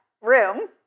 room